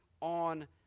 on